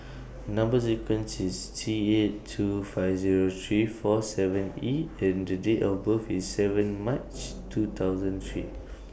Number sequence IS T eight two five Zero three four seven E and The Date of birth IS seven March two thousand three